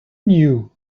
knew